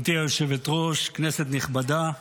גברתי היושבת-ראש, כנסת נכבדה,